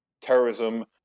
terrorism